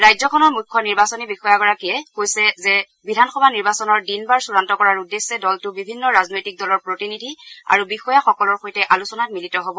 ৰাজ্যখনৰ মুখ্যনিৰ্বাচনী বিষয়াগৰাকীয়ে কৈছে যে বিধানসভা নিৰ্বাচনৰ দিনবাৰ চূড়ান্ত কৰাৰ উদ্দেশ্যে দলটো বিভিন্ন ৰাজনৈতিক দলৰ প্ৰতিনিধি আৰু বিষয়াসকলৰ সৈতে আলোচনাত মিলিত হ'ব